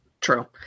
True